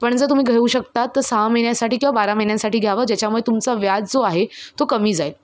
पण जर तुम्ही घेऊ शकता तर सहा महिन्यांसाठी किंवा बारा महिन्यांसाठी घ्यावं ज्याच्यामुळे तुमचा व्याज जो आहे तो कमी जाईल